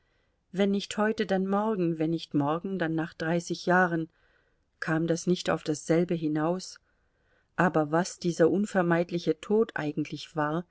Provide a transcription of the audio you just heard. wenn nicht heute dann morgen wenn nicht morgen dann nach dreißig jahren kam das nicht auf dasselbe hinaus aber was dieser unvermeidliche tod eigentlich war